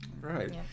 Right